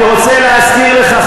אני רוצה להזכיר לך,